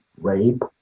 rape